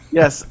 yes